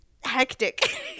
hectic